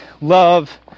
Love